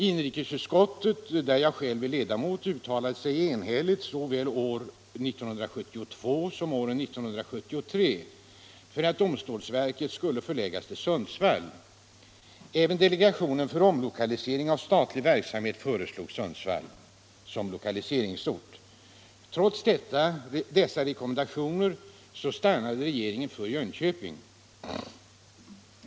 Inrikesutskottet, där jag själv är ledamot, uttalade sig enhälligt såväl år 1972 som år 1973 för att domstolsverket borde förläggas till Sundsvall. Även delegationen för omlokalisering av statlig verksamhet föreslog Sundsvall som lokaliseringsort. Trots dessa rekommendationer stannade regeringen för Jönköping.